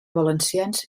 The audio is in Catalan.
valencians